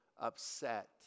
upset